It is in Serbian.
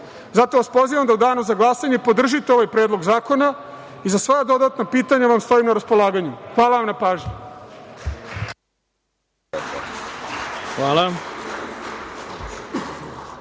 pozivam vas da u Danu za glasanje podržite Predlog zakona i za sva dodatna pitanja vam stojim na raspolaganju. Hvala vam na pažnji.